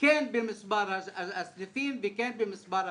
במספר הסניפים ובמספר החניכים.